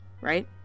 right